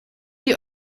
die